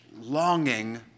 longing